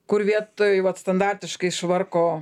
kur vietoj vat standartiškai švarko